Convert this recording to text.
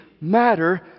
matter